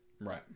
Right